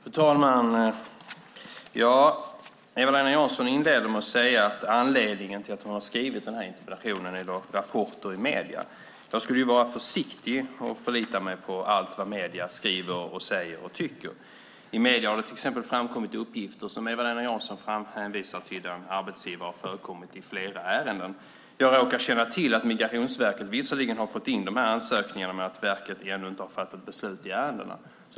Fru talman! Eva-Lena Jansson inleder med att säga att anledningen till att hon har skrivit interpellationen är rapporter i medierna. Jag skulle vara försiktig med att förlita mig på allt vad medierna skriver, säger och tycker. I medierna har det till exempel framkommit uppgifter som Eva-Lena Jansson hänvisar till om att en arbetsgivare har förekommit i flera ärenden. Jag råkar känna till att Migrationsverket visserligen har fått in dessa ansökningar men att verket ännu inte har fattat beslut i ärendena.